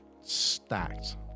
stacked